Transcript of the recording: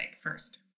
first